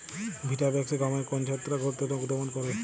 Vitavax গমের কোন ছত্রাক ঘটিত রোগ দমন করে?